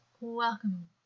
Welcome